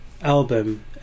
album